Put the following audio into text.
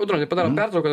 audroni padarom pertrauką